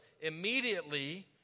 Immediately